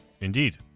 Indeed